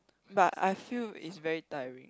but I feel is very tiring